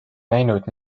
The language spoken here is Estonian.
näinud